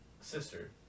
sister